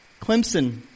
Clemson